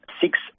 six